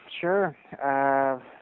sure